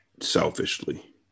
selfishly